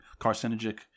carcinogenic